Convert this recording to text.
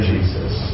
Jesus